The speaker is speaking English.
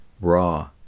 raw